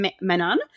menon